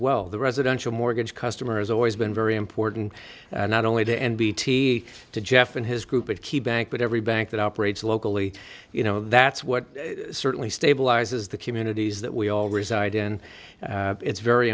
well the residential mortgage customers always been very important not only to end bt to jeff and his group of key banc but every bank that operates locally you know that's what certainly stabilizes the communities that we all reside in it's very